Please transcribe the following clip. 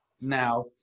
now